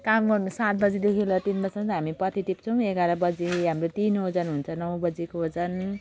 काम गर्नु सात बजीदेखि लिएर तिन बजीसम्म हामी पत्ती टिप्छौँ एघार बजीदेखि हाम्रो तिन ओजन हुन्छ नौ बजीको ओजन